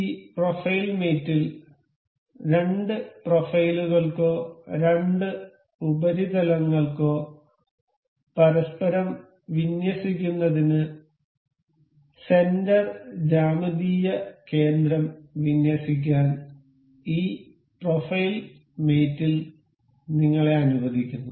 ഈ profile mate ൽ രണ്ട് പ്രൊഫൈലുകൾക്കോ രണ്ട് ഉപരിതലങ്ങൾക്കോ പരസ്പരം വിന്യസിക്കുന്നതിന് സെന്റർ ജ്യാമിതീയ കേന്ദ്രം വിന്യസിക്കാൻ ഈ പ്രൊഫൈൽ മേറ്റ് ൽ നിങ്ങളെ അനുവദിക്കുന്നു